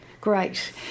Great